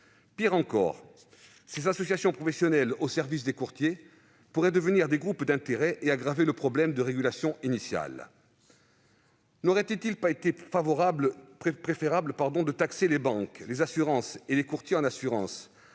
Pire encore, ces associations professionnelles au service des courtiers pourraient devenir des groupes d'intérêts et aggraver le problème initial de régulation. N'aurait-il pas été préférable de taxer les banques, les assurances et les courtiers à hauteur